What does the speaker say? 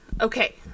Okay